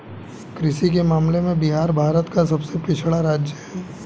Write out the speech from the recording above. कृषि के मामले में बिहार भारत का सबसे पिछड़ा राज्य है